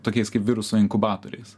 tokiais kaip viruso inkubatoriais